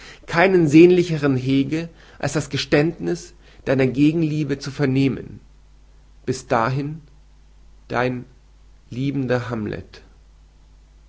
keinen sehnlichern hege als das geständniß deiner gegenliebe zu vernehmen bis dahin dein liebender hamlet